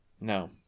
no